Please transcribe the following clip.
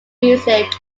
music